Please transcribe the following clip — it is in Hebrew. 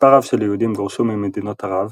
מספר רב של יהודים גורשו ממדינות ערב,